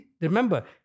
remember